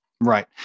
Right